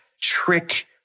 trick